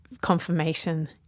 Confirmation